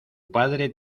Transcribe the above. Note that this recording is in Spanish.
padre